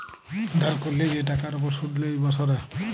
ধার ক্যরলে যে টাকার উপর শুধ লেই বসরে